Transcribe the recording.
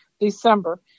December